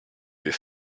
vais